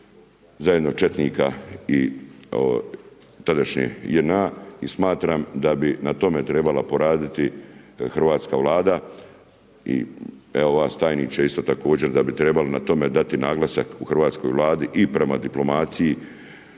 zajedno četnika i tadašnje JNA i smatram da bi na tome trebala poraditi hrvatska Vlada i evo vas tajniče isto također, da bi trebali na tome dati naglasak u Hrvatskoj vladi i prema diplomaciji